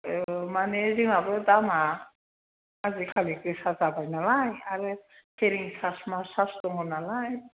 औ मानि जोंहाबो दामआ आजिखालि गोसा जाबाय नालाय आरो केरिं सार्स मा सार्स दङ नालाय